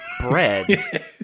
bread